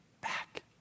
back